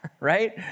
right